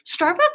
Starbucks